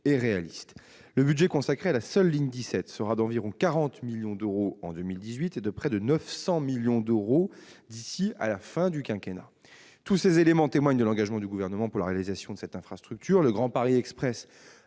réaliste. Le budget consacré à la seule ligne 17 sera d'environ 40 millions d'euros en 2018 et de près de 900 millions d'euros d'ici à la fin du quinquennat. Tous ces éléments témoignent de l'engagement du Gouvernement pour la réalisation de cette infrastructure. Le Grand Paris Express